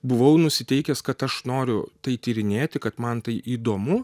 buvau nusiteikęs kad aš noriu tai tyrinėti kad man tai įdomu